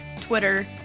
Twitter